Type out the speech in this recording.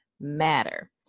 matter